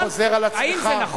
אתה חוזר על עצמך.